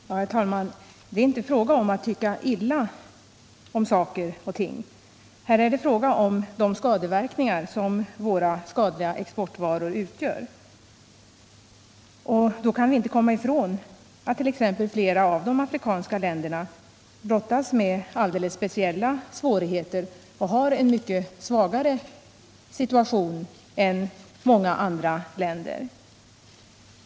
Herr talman! Det är här inte fråga om att tycka illa om saker och ting. Här är det fråga om de verkningar som skadliga exportvaror medför. Vi kan inte komma ifrån att flera av de afrikanska länderna brottas med alldeles speciella svårigheter och har en mycket sämre situation än några andra länder.